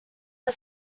are